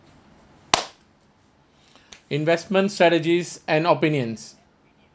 investment strategies and opinions